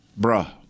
bruh